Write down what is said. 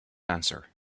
answer